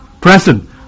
present